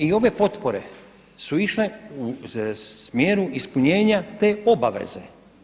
I ove potpore su išle u smjeru ispunjenja te obaveze.